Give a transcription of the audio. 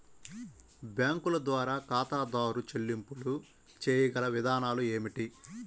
బ్యాంకుల ద్వారా ఖాతాదారు చెల్లింపులు చేయగల విధానాలు ఏమిటి?